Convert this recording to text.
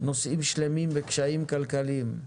נושאים שלמים וקשיים כלכליים,